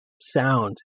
sound